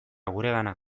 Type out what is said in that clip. guregana